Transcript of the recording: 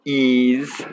ease